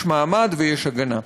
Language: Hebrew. יש מעמד ויש הגנה.